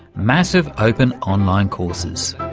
massive open online courses.